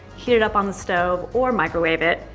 heat it up on the stove or microwave it.